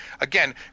again